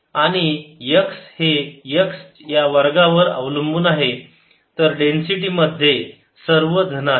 आणि x हे x या वर्गावर अवलंबून आहे तर डेन्सिटी मध्ये सर्व धन आहे